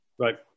right